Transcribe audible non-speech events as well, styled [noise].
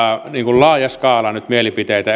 laaja skaala nyt mielipiteitä [unintelligible]